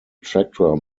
tractor